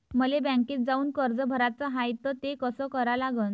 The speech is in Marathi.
मले बँकेत जाऊन कर्ज भराच हाय त ते कस करा लागन?